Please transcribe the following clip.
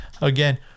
again